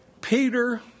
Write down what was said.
Peter